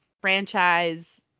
franchise